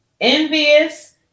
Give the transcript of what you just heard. envious